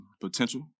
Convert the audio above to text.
potential